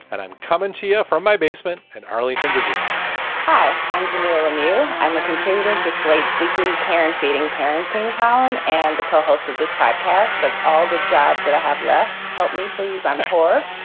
and i'm coming to you from my basement in arlington, virginia hi, i'm jamilah lemieux. i'm a contributor to slate's weekly care and feeding parenting column and the co-host of this podcast does all the jobs that i have left. help me, please. i'm four.